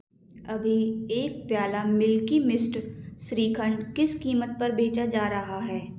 अभी एक प्याला मिल्की मिस्ट श्रीखंड किस कीमत पर बेचा जा रहा है